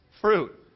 fruit